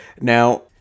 Now